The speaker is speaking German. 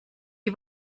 die